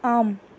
ஆம்